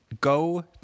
go